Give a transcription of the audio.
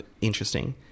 interesting